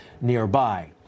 nearby